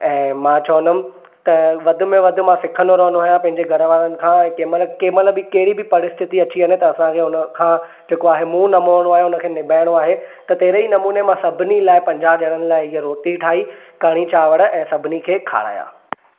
ऐं मां चवंदुमि त वध में वधि मां सिखंदो रहंदो आहियां पंहिंजे घरु वारनि खां कंहिंमहिल कंहिंमहिल केॾी बि परिस्थिती अची वञे त असांखे हुन खां जेको आहे मुंहुं न मोड़णो आहे निबाहिणो आहे त तहिड़े ई नमूने सभिनी लाइ पंजाह ॼणनि लाइ हीअं रोटी ठाही कढ़ी चांवर ऐं सभिनी खे खारायां